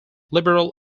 liberal